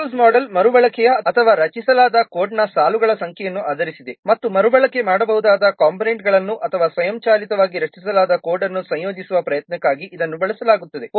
ರೀ ಯೂಸ್ಮೋಡೆಲ್ ಮರುಬಳಕೆಯ ಅಥವಾ ರಚಿಸಲಾದ ಕೋಡ್ನ ಸಾಲುಗಳ ಸಂಖ್ಯೆಯನ್ನು ಆಧರಿಸಿದೆ ಮತ್ತು ಮರುಬಳಕೆ ಮಾಡಬಹುದಾದ ಕಂಪೋನೆಂಟ್ಗಳನ್ನು ಅಥವಾ ಸ್ವಯಂಚಾಲಿತವಾಗಿ ರಚಿಸಲಾದ ಕೋಡ್ ಅನ್ನು ಸಂಯೋಜಿಸುವ ಪ್ರಯತ್ನಕ್ಕಾಗಿ ಇದನ್ನು ಬಳಸಲಾಗುತ್ತದೆ